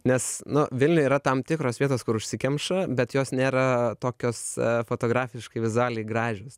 nes nu vilniuj yra tam tikros vietos kur užsikemša bet jos nėra tokios fotografiškai vizualiai gražios